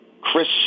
Chris